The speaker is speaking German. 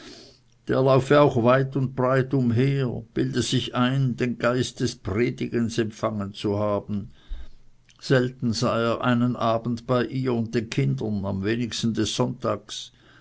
der laufe auch weit und breit umher bilde sich ein den geist des predigens empfangen zu haben selten sei er einen abend bei ihr und bei den kindern am wenigsten des sonntags